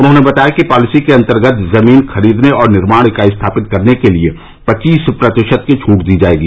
उन्होंने बताया कि पॉलिसी के अन्तर्गत जमीन खरीदने और निर्माण इकाई स्थापित करने के लिए पच्चीस प्रतिशत की छूट दी जायेगी